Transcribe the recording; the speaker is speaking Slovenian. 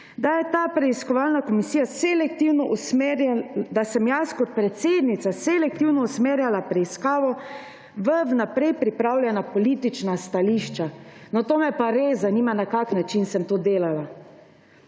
da sem jaz kot predsednica selektivno usmerjala preiskavo v vnaprej pripravljena politična stališča. No, to me pa res zanima, na kakšen način sem to delala.